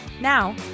Now